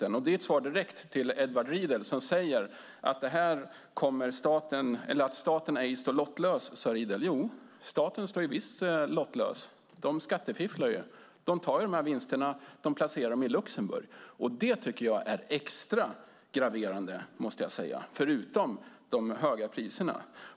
Det är ett svar direkt till Edward Riedl som sade att staten ej står lottlös. Jo, staten står visst lottlös. Dessa riskkapitalister skattefifflar. De tar dessa vinster och placerar dem i Luxemburg. Det tycker jag är extra graverande, måste jag säga, förutom de höga priserna.